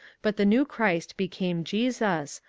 but the new christ became jesus,